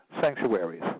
sanctuaries